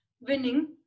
winning